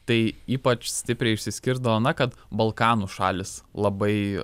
tai ypač stipriai išsiskirsdavo na kad balkanų šalys labai